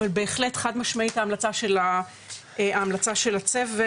אבל בהחלט, חד משמעית, ההמלצה של הצוות